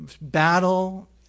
battle